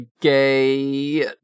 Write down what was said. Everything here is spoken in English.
gay